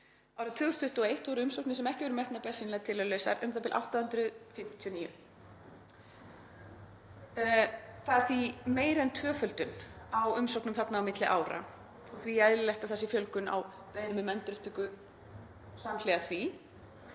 Árið 2021 voru umsóknir sem ekki voru metnar bersýnilega tilhæfulausar u.þ.b. 859. Það er því meira en tvöföldun á umsóknum þarna á milli ára og því eðlilegt að það sé fjölgun á beiðnum um endurupptöku samhliða því